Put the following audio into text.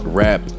rap